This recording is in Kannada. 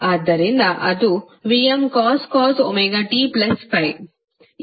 ಆದ್ದರಿಂದ ಅದು Vmcos ωt∅